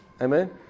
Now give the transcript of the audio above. Amen